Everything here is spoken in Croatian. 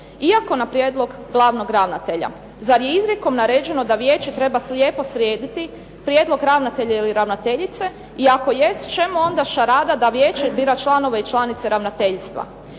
iako na prijedlog glavnog ravnatelja. Zar je izrijekom naređeno da Vijeće treba slijepo slijediti prijedlog ravnatelja ili ravnateljice i ako jest čemu onda šarada da Vijeće bira članove i članice ravnateljstva?